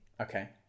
Okay